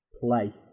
play